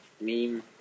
meme